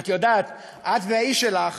את יודעת, את והאיש שלך,